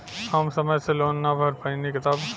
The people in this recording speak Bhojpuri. हम समय से लोन ना भर पईनी तब?